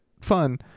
fun